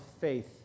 faith